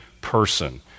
person